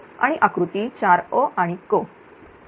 आणि आकृती 4a आणि c